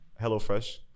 HelloFresh